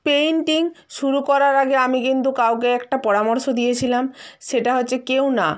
painting শুরু করার আগে আমি কিন্তু কাউকে একটা পরামর্শ দিয়েছিলাম সেটা হচ্ছে কেউ না